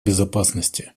безопасности